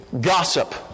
gossip